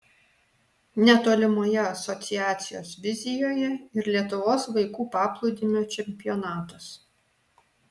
netolimoje asociacijos vizijoje ir lietuvos vaikų paplūdimio čempionatas